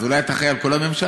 אולי אתה אחראי על כל הממשלה?